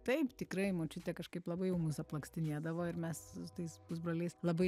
taip tikrai močiute kažkaip labai jau mus aplankstinėdavo ir mes su tais pusbroliais labai